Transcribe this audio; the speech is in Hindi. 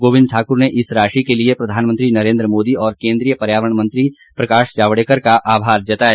गोविंद ठाकुर ने इस राशि के लिए प्रधानमंत्री नरेन्द्र मोदी और केन्द्रीय पर्यावरण मंत्री प्रकाश जावड़ेकर का आभार जताया